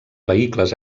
vehicles